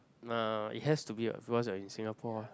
no it has to be because once you are in Singapore